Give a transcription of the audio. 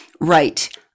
right